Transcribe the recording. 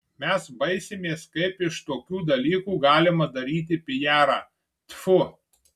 mes baisimės kaip iš tokių dalykų galima daryti pijarą tfu